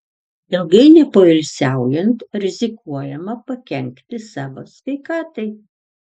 ilgai nepoilsiaujant rizikuojama pakenkti savo sveikatai